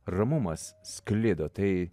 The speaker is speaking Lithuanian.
ramumas sklido tai